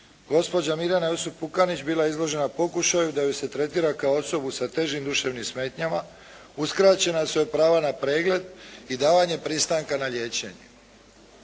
Gospođa Mirjana Jusup Pukanić bila je izložena pokušaju da ju se tretira kao osobu sa težim duševnim smetnjama, uskraćena su joj prava na pregled i davanje pristanka na liječenje.